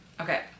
Okay